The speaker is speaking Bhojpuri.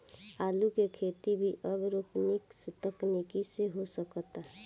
आलू के खेती भी अब एरोपोनिक्स तकनीकी से हो सकता